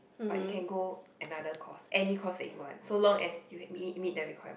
but you can go another course any course that you want so long as you had meet meet the requirement